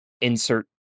insert